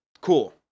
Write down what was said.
Cool